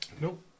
Nope